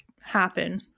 happen